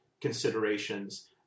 considerations